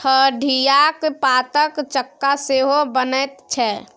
ठढियाक पातक चक्का सेहो बनैत छै